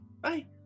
Bye